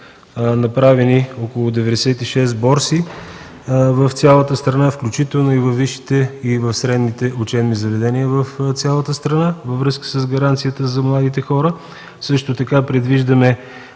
направени около 96 борси в цялата страна, включително и във висшите и средните учебни заведения в цялата страна, във връзка с гаранцията за младите хора. Също така предвиждаме